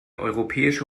europäische